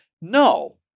No